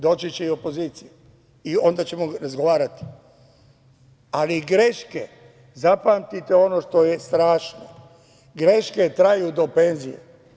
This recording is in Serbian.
Doći će i opozicija i onda ćemo razgovarati, ali greške, zapamtite ono što je strašno, greške traju do penzije.